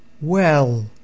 Well